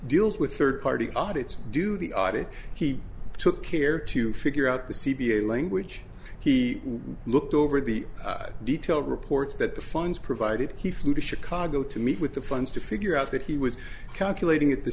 deals with third party audits do the audit he took care to figure out the c p a language he looked over the detailed reports that the funds provided he flew to chicago to meet with the funds to figure out that he was calculating it the